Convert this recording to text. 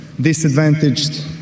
disadvantaged